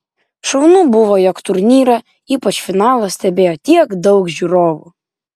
šaunu buvo jog turnyrą ypač finalą stebėjo tiek daug žiūrovų